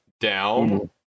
down